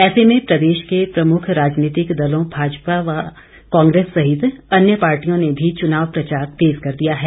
ऐसे में प्रदेश के प्रमुख राजनीतिक दलों भाजपा व कांग्रेस सहित अन्य पार्टियों ने भी चुनाव प्रचार तेज कर दिया है